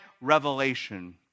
revelation